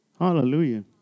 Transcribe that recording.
Hallelujah